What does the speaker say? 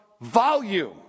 volume